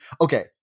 Okay